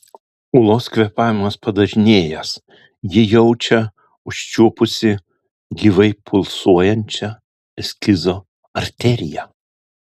ūlos kvėpavimas padažnėjęs ji jaučia užčiuopusi gyvai pulsuojančią eskizo arteriją